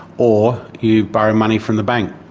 or you borrow money from the bank.